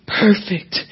perfect